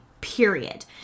period